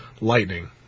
lightning